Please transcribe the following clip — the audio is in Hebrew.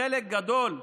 חלק גדול,